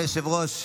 אדוני היושב-ראש,